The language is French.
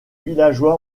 villageois